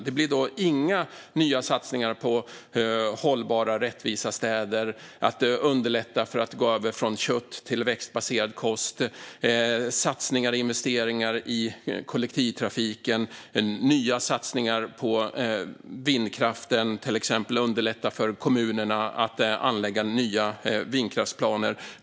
Det blir inga nya satsningar på hållbara, rättvisa städer, på att underlätta att gå över från kött till växtbaserad kost, på investeringar i kollektivtrafiken eller på vindkraften, till exempel genom att underlätta för kommunerna att anlägga nya vindkraftsparker.